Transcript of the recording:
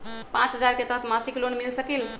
पाँच हजार के तहत मासिक लोन मिल सकील?